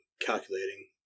Calculating